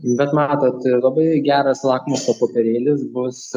bet matot labai geras lakmuso popierėlis bus